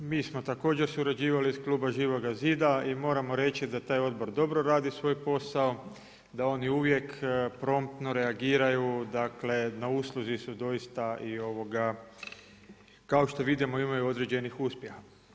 Mi smo također surađivali iz kluba Živoga zida i moramo reći da taj odbor dobro radi svoj posao, da oni uvijek promptno reagiraju, dakle na usluzi su doista i kao što vidimo imaju i određenih uspjeha.